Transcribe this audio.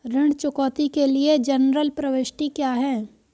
ऋण चुकौती के लिए जनरल प्रविष्टि क्या है?